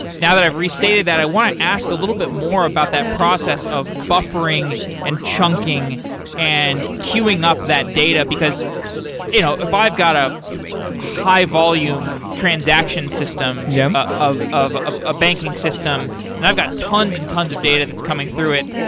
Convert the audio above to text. now, that i've restated that, i want to ask a little bit more about that process of buffering and chunking and queuing up that data, because you know if i've got a high volume transaction system of of a banking system and i've got tons and tons of data that's coming through it.